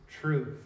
truth